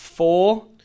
Four